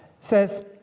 says